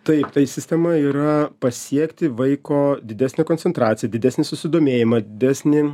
taip tai sistema yra pasiekti vaiko didesnę koncentraciją didesnį susidomėjimą didesnį